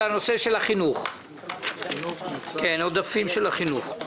בנושא העודפים של משרד החינוך.